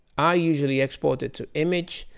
i usually export it to image.